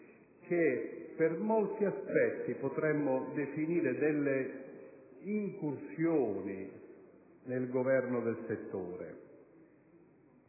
che per molti aspetti potremmo definire delle incursioni nel governo del settore